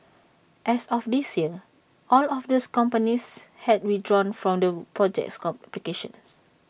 as of this year all of those companies had withdrawn from the project's applications